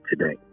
today